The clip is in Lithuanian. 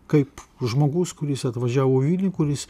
kaip žmogus kuris atvažiavo į vilnių kuris